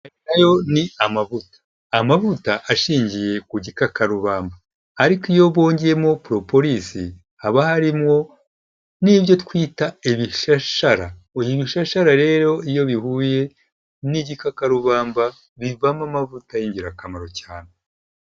Nayo ni amavuta amavuta ashingiye ku gikakakarubamba, ariko iyo bongeyemo poropolisi haba harimwo n'ibyo twita ibishashara, uyu ibishashara rero iyo bihuye n'igikakarubamba bivamo amavuta y'ingirakamaro cyane.